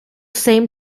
same